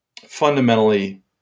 Fundamentally